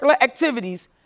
activities